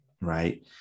right